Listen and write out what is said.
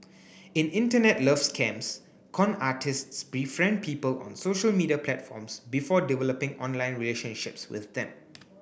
in Internet love scams con artists befriend people on social media platforms before developing online relationships with them